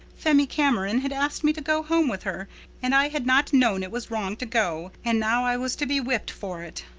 phemy cameron had asked me to go home with her and i had not known it was wrong to go. and now i was to be whipped for it.